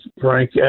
Frank